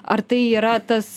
ar tai yra tas